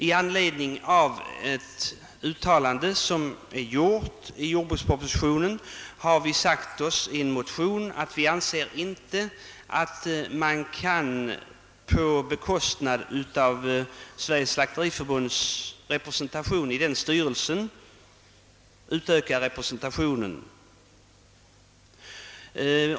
I anledning av ett uttalande som är gjort i jordbrukspropositionen har vi sagt att vi inte anser att man på bekostnad av Sveriges slakteriförbunds representation i den styrelsen kan utöka kon sumentrepresentationen.